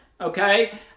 okay